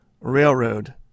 Railroad